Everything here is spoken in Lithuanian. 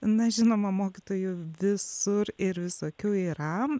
na žinoma mokytojų visur ir visokių yra